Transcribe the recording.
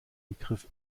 begriff